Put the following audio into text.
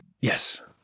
Yes